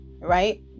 right